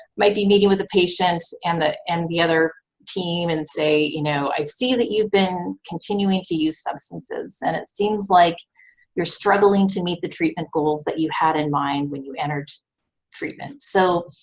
might be meeting with a patient and the, and the other team, and say, you know, i see that you've been continuing to use substances, and it seems like you're struggling to meet the treatment goals that you had in mind when you entered treatment. so,